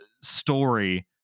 story